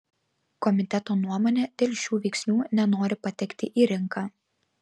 komiteto nuomone dėl šių veiksnių nenori patekti į rinką